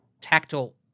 tactile